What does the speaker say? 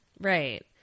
Right